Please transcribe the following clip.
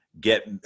Get